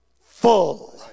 full